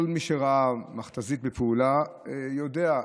כל מי שראה מכת"זית בפעולה יודע,